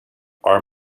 are